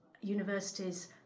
universities